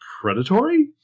predatory